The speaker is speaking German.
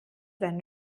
sein